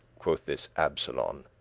quoth this absolon.